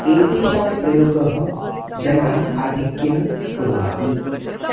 एतेषां प्रयोगं जनाः आधिक्येन कुर्वन्ति